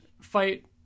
fight